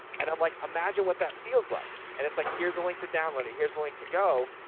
and i'm like, imagine what that feels like. and it's like, here's the link to download it. here's the link to go.